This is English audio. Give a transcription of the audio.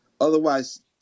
Otherwise